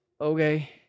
okay